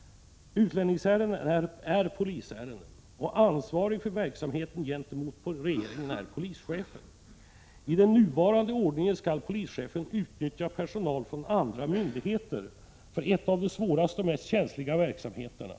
Utlänningsärenden är polisärenden, och ansvarig för verksamheten gentemot regeringen är polischefen. Enligt den nuvarande ordningen skall polischefen utnyttja personal från andra myndigheter för en av de svåraste och mest känsliga verksamheterna.